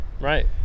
Right